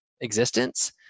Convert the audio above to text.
existence